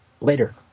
later